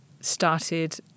started